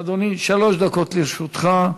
אדוני, שלוש דקות לרשותך.